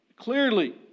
Clearly